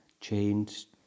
changed